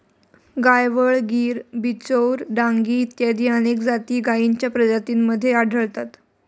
गायवळ, गीर, बिचौर, डांगी इत्यादी अनेक जाती गायींच्या प्रजातींमध्ये आढळतात